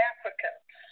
Africans